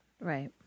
Right